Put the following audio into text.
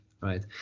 right